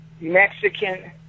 Mexican